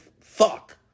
fuck